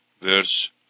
verse